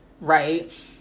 right